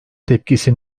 tepkisi